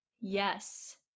Yes